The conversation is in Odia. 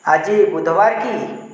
ଆଜି ବୁଧବାର କି